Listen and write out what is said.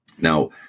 Now